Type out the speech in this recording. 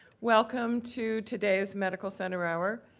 welcome to today's medical center hour.